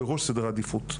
בראש סדר העדיפות.